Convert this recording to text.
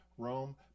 Rome